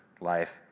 life